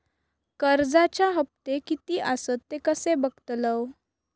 कर्जच्या हप्ते किती आसत ते कसे बगतलव?